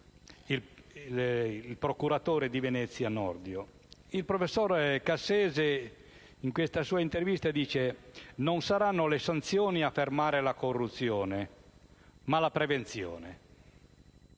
il procuratore di Venezia Nordio. Il professor Cassese nella sua intervista rileva che non saranno le sanzioni a fermare la corruzione, ma la prevenzione.